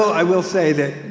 i will say that